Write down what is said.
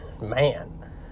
Man